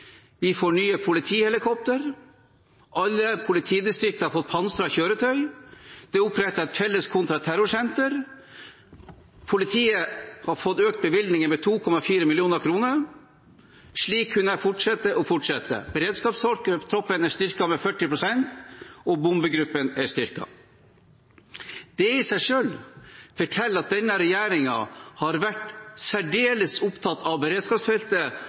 Vi får nye politihelikopter. Alle politidistrikter har fått pansrete kjøretøy. Det er opprettet et felles kontraterrorsenter. Politiet har fått økt bevilgningene med 2,4 mill. kr. Slik kunne jeg fortsette og fortsette. Beredskapstroppen er styrket med 40 pst., og bombegruppen er styrket. Det i seg selv forteller at denne regjeringen har vært særdeles opptatt av beredskapsfeltet,